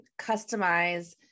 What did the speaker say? customize